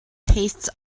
tastes